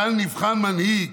כאן נבחן מנהיג,